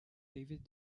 david